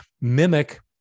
mimic